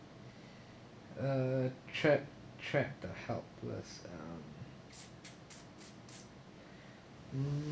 uh trapped trapped or helpless um mm